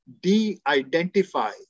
de-identify